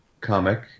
comic